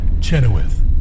Chenoweth